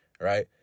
Right